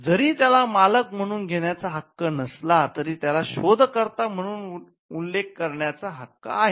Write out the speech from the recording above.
जरी त्याला मालक म्हणून घेण्याचा हक्क नसला तरी त्याला शोधकर्ता म्हणून उल्लेख करण्याचा हक्क आहे